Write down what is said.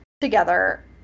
together